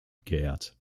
geehrt